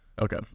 Okay